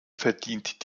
verdient